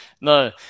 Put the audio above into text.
No